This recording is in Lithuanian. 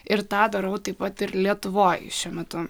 ir tą darau taip pat ir lietuvoj šiuo metu